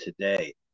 today